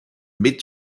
mid